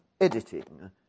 Editing